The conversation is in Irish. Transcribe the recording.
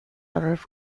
oraibh